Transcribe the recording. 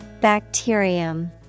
Bacterium